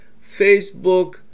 Facebook